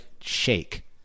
shake